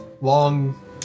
long